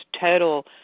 total